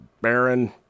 baron